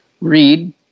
read